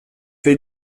will